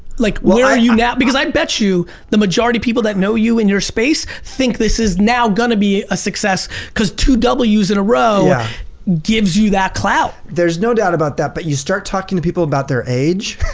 like where are you now because i bet you the majority people that know you in your space think this is now gonna be a success cause two w's in a row gives you that cloud. there's no doubt about that but you start talking to people about their age,